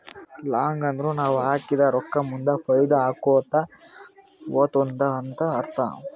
long ಅಂದುರ್ ನಾವ್ ಹಾಕಿದ ರೊಕ್ಕಾ ಮುಂದ್ ಫೈದಾ ಆಕೋತಾ ಹೊತ್ತುದ ಅಂತ್ ಅರ್ಥ